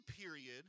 period